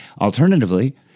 Alternatively